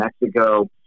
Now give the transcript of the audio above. Mexico